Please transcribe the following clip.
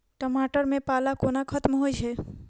टमाटर मे पाला कोना खत्म होइ छै?